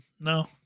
No